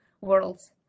worlds